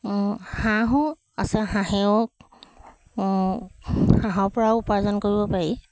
হাঁহো আছে হাঁহেও হাঁহৰ পৰাও উপাৰ্জন কৰিব পাৰি